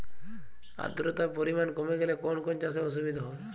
আদ্রতার পরিমাণ কমে গেলে কোন কোন চাষে অসুবিধে হবে?